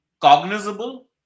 Cognizable